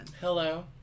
Hello